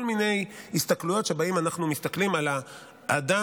כל מיני הסתכלויות שבהן אנחנו מסתכלים על האדם